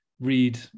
read